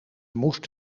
moest